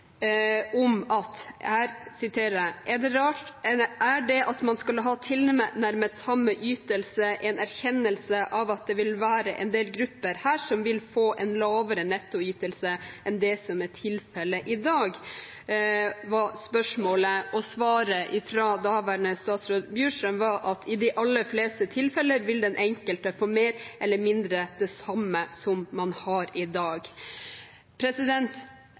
det at man skal ha tilnærmet samme ytelse en erkjennelse av at det vil være en del grupper her som vil få en lavere nettoytelse enn det som er tilfellet i dag?» Svaret fra daværende statsråd Bjurstrøm var at «i de aller fleste tilfeller vil den enkelte få mer eller mindre det samme som man har i dag».